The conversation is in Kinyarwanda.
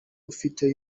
ufite